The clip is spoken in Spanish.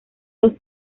dos